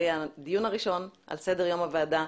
זה יהיה הדיון הראשון על סדר יום הוועדה,